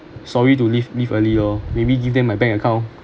sorry to leave leave early loh maybe give them my bank account